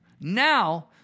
Now